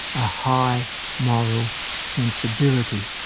a high moral sensibility,